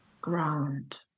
ground